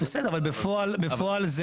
בסדר, אבל בפועל זה